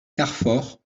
carfor